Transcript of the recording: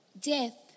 Death